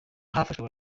hafashwe